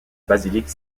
basilique